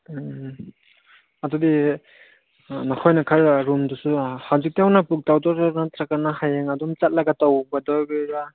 ꯎꯝ ꯑꯗꯨꯗꯤ ꯅꯈꯣꯏꯅ ꯈꯔ ꯔꯨꯝꯗꯨꯁꯨ ꯍꯧꯖꯤꯛꯇꯩ ꯍꯧꯅ ꯕꯨꯛ ꯇꯧꯗꯧꯔꯤꯕ꯭ꯔꯥ ꯅꯠꯇ꯭ꯔꯒꯅ ꯍꯌꯦꯡ ꯑꯗꯨꯝ ꯆꯠꯂꯒ ꯇꯧꯒꯗꯧꯔꯤꯔꯥ